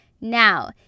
Now